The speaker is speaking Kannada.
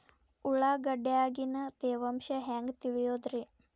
ಉಳ್ಳಾಗಡ್ಯಾಗಿನ ತೇವಾಂಶ ಹ್ಯಾಂಗ್ ತಿಳಿಯೋದ್ರೇ?